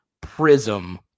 prism